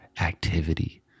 activity